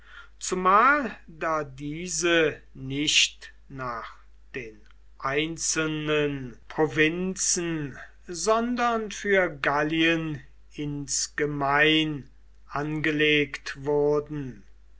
zumal da diese nicht nach den einzelnen provinzen sondern für gallien insgemein angelegt wurden